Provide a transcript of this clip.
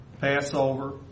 Passover